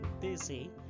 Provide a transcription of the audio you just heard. busy